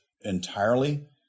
entirely